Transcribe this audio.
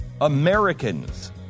Americans